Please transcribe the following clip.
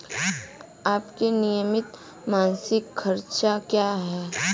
आपके नियमित मासिक खर्च क्या हैं?